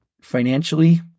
financially